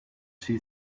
she